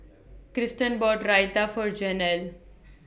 Kristen bought Raita For Janel